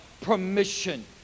permission